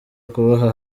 kubaha